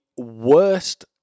worst